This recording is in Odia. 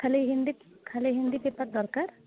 ଖାଲି ହିନ୍ଦୀ ଖାଲି ହିନ୍ଦୀ ପେପର୍ ଦରକାର